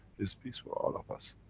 is peace for all of us.